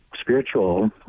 spiritual